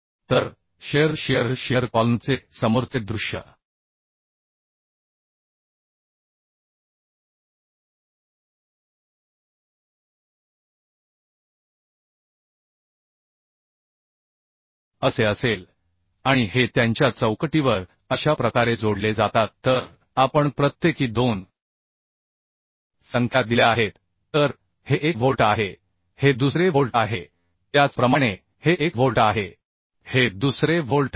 तर shear shear shear कॉलमचे समोरचे दृश्य असे असेल आणि हे त्यांच्या चौकटीवर अशा प्रकारे जोडले जातात तर आपण प्रत्येकी 2 संख्या दिल्या आहेत तर हे 1 व्होल्ट आहे हे दुसरे व्होल्ट आहे त्याचप्रमाणे हे 1 व्होल्ट आहे हे दुसरे व्होल्ट आहे